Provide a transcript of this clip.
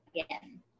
again